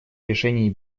решении